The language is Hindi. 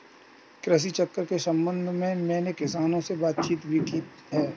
कृषि चक्र के संबंध में मैंने किसानों से बातचीत भी की है